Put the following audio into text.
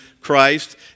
Christ